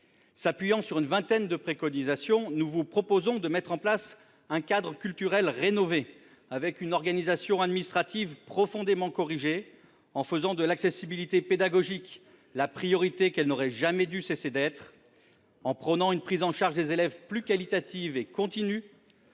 formulons une vingtaine de préconisations. Nous vous proposons de mettre en place un cadre culturel rénové et une organisation administrative profondément corrigée, en faisant de l'accessibilité pédagogique la priorité qu'elle n'aurait jamais dû cesser d'être, en prônant une prise en charge des élèves plus qualitative et continue,